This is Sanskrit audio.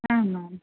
आम् आम्